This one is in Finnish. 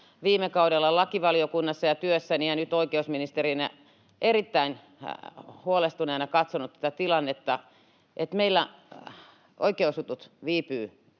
viime kaudella lakivaliokunnassa ja työssäni ja nyt oikeusministerinä erittäin huolestuneena katsonut tätä tilannetta, että meillä oikeusjutut viipyvät